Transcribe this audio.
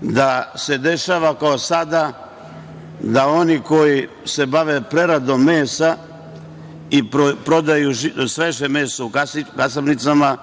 da se dešava kao sada, da oni koji se bave preradom mesa i prodaju sveže meso u kasapnicama